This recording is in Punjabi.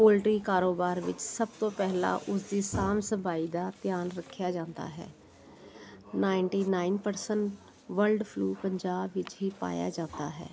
ਪੋਲਟਰੀ ਕਾਰੋਬਾਰ ਵਿੱਚ ਸਭ ਤੋਂ ਪਹਿਲਾਂ ਉਸਦੀ ਸਾਂਭ ਸੰਭਾਈ ਦਾ ਧਿਆਨ ਰੱਖਿਆ ਜਾਂਦਾ ਹੈ ninety nine percent world flu Punjab ਵਿੱਚ ਹੀ ਪਾਇਆ ਜਾਂਦਾ ਹੈ